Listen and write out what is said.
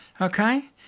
Okay